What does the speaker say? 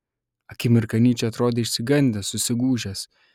akimirką nyčė atrodė išsigandęs susigūžęs